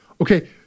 Okay